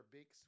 Big